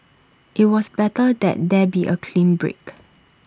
IT was better that there be A clean break